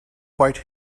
quite